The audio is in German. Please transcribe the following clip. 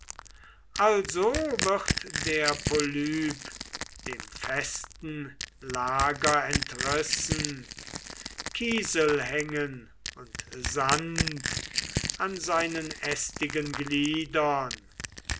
also wird der polype dem festen lager entrissen kiesel hängen und sand an seinen ästigen gliedern